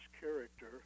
character